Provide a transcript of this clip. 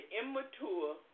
immature